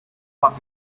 fatima